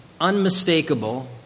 unmistakable